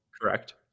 Correct